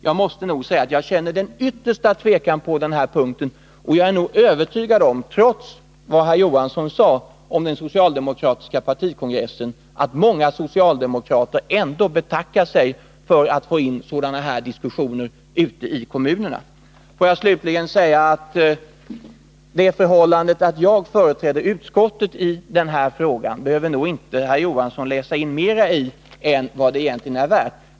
Jag måste nog säga att jag känner den yttersta tvekan på den här punkten, och jag är övertygad om — trots vad Hilding Johansson sade om den socialdemokratiska partikongressen — att många socialdemokrater ändå betackar sig för att få in sådana diskussioner ute i kommunernas församlingar. Får jag slutligen säga att Hilding Johansson nog inte i det förhållandet att jag företräder utskottet i denna fråga behöver lägga in mera än vad det egentligen är värt.